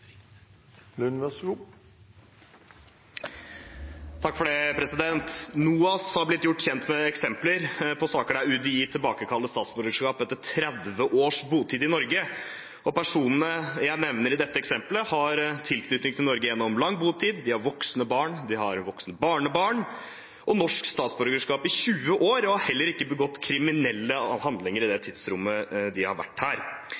har blitt gjort kjent med eksempler på saker der UDI tilbakekaller statsborgerskap etter 30 års botid i Norge. Personene jeg refererer til i dette eksemplet, har tilknytning til Norge gjennom lang botid, de har voksne barn, de har voksne barnebarn og har hatt norsk statsborgerskap i 20 år. De har heller ikke begått kriminelle handlinger i det tidsrommet de har vært her.